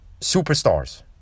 superstars